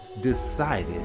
decided